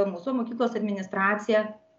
mūsų mokyklos administracija